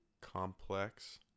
complex